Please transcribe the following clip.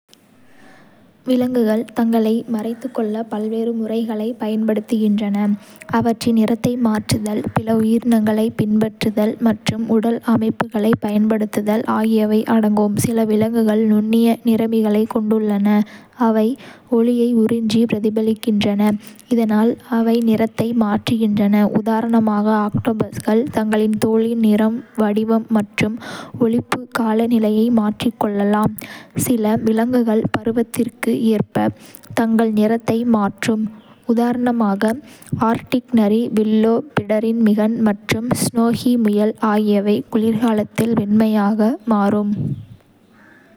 விலங்குகள் தங்களை மறைத்துக் கொள்ள பல்வேறு முறைகளைப் பயன்படுத்துகின்றன, அவற்றின் நிறத்தை மாற்றுதல், பிற உயிரினங்களைப் பின்பற்றுதல் மற்றும் உடல் அமைப்புகளைப் பயன்படுத்துதல் ஆகியவை அடங்கும். சில விலங்குகள் நுண்ணிய நிறமிகளைக் கொண்டுள்ளன, அவை ஒளியை உறிஞ்சி பிரதிபலிக்கின்றன, இதனால் அவை நிறத்தை மாற்றுகின்றன. உதாரணமாக, ஆக்டோபஸ்கள் தங்கள் தோலின் நிறம், வடிவம் மற்றும் ஒளிபுகாநிலையை மாற்றிக்கொள்ளலாம். சில விலங்குகள் பருவத்திற்கு ஏற்ப தங்கள் நிறத்தை மாற்றும். உதாரணமாக, ஆர்க்டிக் நரி, வில்லோ பிடர்மிகன் மற்றும் ஸ்னோஷூ முயல் ஆகியவை குளிர்காலத்தில் வெண்மையாக மாறும்.